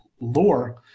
lore